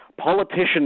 Politicians